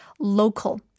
local